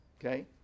okay